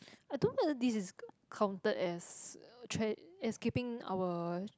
I don't know whether this is counted as uh tra~ keeping our